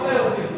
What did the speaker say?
חוק היורדים.